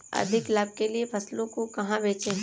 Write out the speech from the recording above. अधिक लाभ के लिए फसलों को कहाँ बेचें?